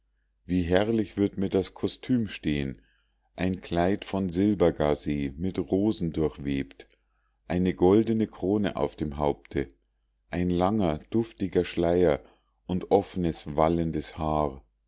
wie herrlich wird mir das kostüm stehen ein kleid von silbergaze mit rosen durchwebt eine goldene krone auf dem haupte ein langer duftiger schleier und offnes wallendes haar